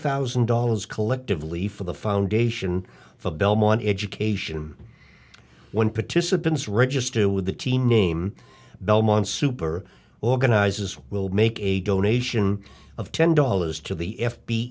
thousand dollars collectively for the foundation of the belmont education one participants register with the team name belmont super organizers will make a donation of ten dollars to the f b